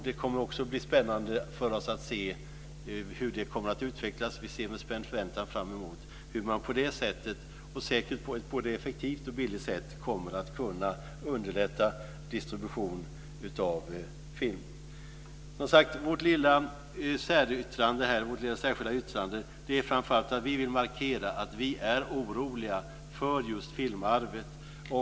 Det kommer att bli spännande för oss att se hur den kommer att utvecklas. Vi ser med spänd förväntan fram emot hur man på den vägen, säkert både effektivt och billigt, kommer att kunna underlätta distribution av film. Vi vill med vårt lilla särskilda yttrande markera att vi är oroliga för filmarvet.